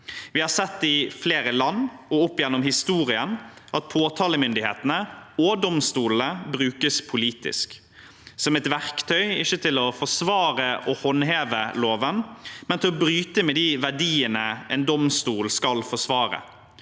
sterkt vern. I flere land og opp gjennom historien har vi sett at påtalemyndighetene og domstolene brukes politisk som et verktøy ikke til å forsvare og håndheve loven, men til å bryte med de verdiene en domstol skal forsvare.